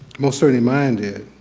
most certainly mine did.